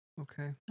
Okay